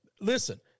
listen